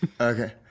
Okay